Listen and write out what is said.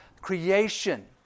creation